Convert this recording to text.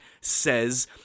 says